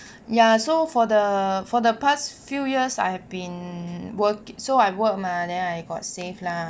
ya so for the for the past few years I have been working so I work mah then I got save lah